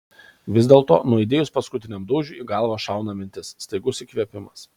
vis dėlto nuaidėjus paskutiniam dūžiui į galvą šauna mintis staigus įkvėpimas